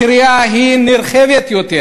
הקריאה היא נרחבת יותר: